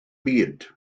byd